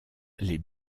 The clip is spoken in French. les